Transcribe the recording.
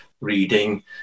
reading